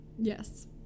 yes